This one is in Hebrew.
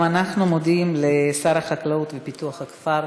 גם אנחנו מודים לשר החקלאות ופיתוח הכפר,